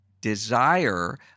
desire